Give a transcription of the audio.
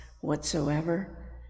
whatsoever